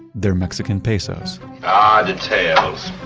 they're mexican pesos ah, details.